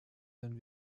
den